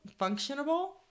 functionable